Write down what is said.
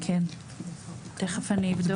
כן, תכף אני אבדוק.